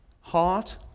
heart